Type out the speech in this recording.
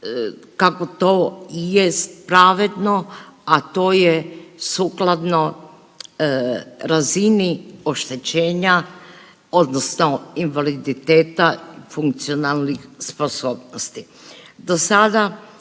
kako to i jest pravedno, a to je sukladno razini oštećenja, odnosno invaliditeta funkcionalnih sposobnosti.